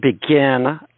begin